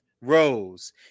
Rose